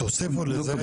תוסיפו לזה,